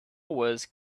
wars